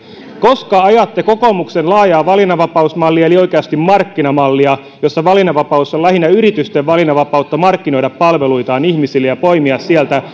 koska ajatte kokoomuksen laajaa valinnanvapausmallia eli oikeasti markkinamallia jossa valinnanvapaus on lähinnä yritysten valinnanvapautta markkinoida palveluitaan ihmisille ja poimia sieltä